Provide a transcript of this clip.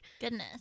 Goodness